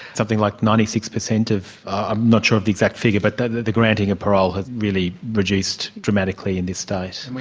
something like ninety six percent of, i'm not sure of the exact figure, but the the granting of parole has really reduced dramatically in this state.